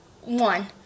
one